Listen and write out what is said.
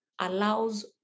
allows